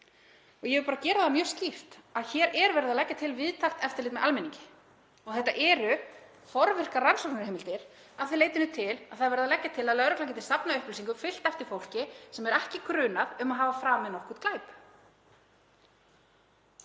Ég vil bara segja það mjög skýrt að hér er verið að leggja til víðtækt eftirlit með almenningi. Þetta eru forvirkar rannsóknarheimildir að því leytinu til að það er verið að leggja til að lögreglan gæti safnað upplýsingum, fylgt eftir fólki sem er ekki grunað um að hafa framið nokkurn glæp.